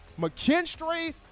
McKinstry